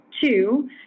Two